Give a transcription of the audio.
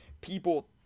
people